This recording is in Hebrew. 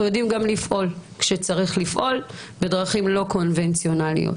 אנחנו יודעים גם לפעול כשצריך לפעול בדרכים לא קונבנציונליות.